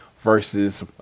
versus